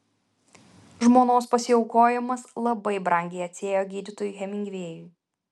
žmonos pasiaukojimas labai brangiai atsiėjo gydytojui hemingvėjui